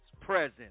presence